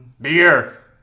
Beer